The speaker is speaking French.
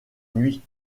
nuit